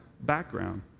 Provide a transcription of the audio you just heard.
background